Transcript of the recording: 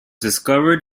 discovered